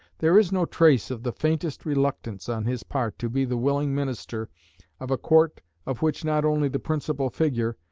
there is no trace of the faintest reluctance on his part to be the willing minister of a court of which not only the principal figure,